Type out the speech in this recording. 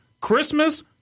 Christmas